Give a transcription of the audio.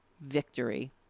victory